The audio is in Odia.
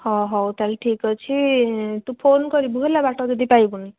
ହ ହଉ ତାହେଲେ ଠିକ୍ ଅଛି ତୁ ଫୋନ୍ କରିବୁ ହେଲା ବାଟ ଯଦି ପାଇବୁନି